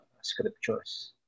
scriptures